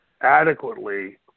adequately